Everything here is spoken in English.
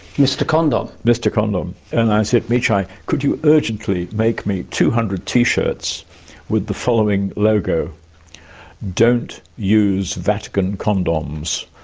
mr condom. mr condom. and i said, mechai, could you urgently make me two hundred t-shirts with the following logo don't use vatican condoms,